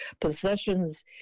possessions